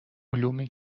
علومی